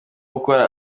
ukora